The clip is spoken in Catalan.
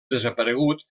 desaparegut